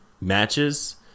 matches